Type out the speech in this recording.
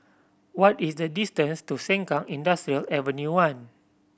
what is the distance to Sengkang Industrial Avenue One